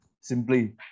simply